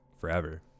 forever